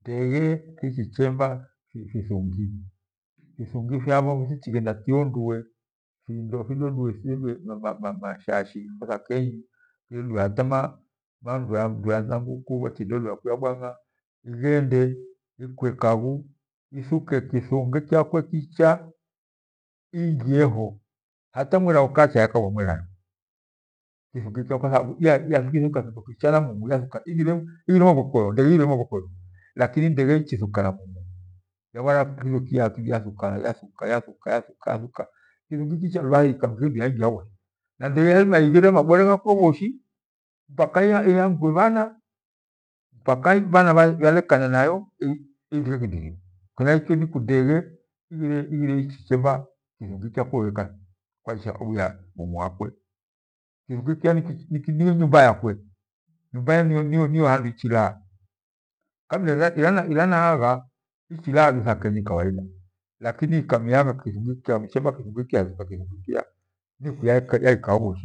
Ndeghe ichichemba kithungi fithungi fyavo tichighenda tiindue findo tidodue tidodue ma- mashashi ipfwo thakenyi tiondue hata mafweafwea kwia bwanga ihende ikwea kaghu ithuka kithangi kyakwe kicha iingie ho hata mwena ukacha yakavwa ni mwera yo. Kithungi kyakwe fundu ikya kithuka kindo kicha ighire ighire marikoyo ighire marikoyo lakiri ndeghe ichithuke na mumu ya vware yavwana kirendi ki yathuka yathuka ya thuka, kithungi kicha lwaha yaingia ho voshi na ndege yairima ighira mabire ghakwe iho voshi, mpaka ia iangue vana, mpaka vana valeharie nayo i- ihendiviyo nika ndeghe ichichemba kithungi kyalewe yoka kwa ituma mumu wa kwe kithungi kia ni nyumba yakwe nyumbayo niyo niyo handu ichilaa. kabla iranaagha ichilaa du thankenyi kawaidi lakini ikamichemba kithungi kyo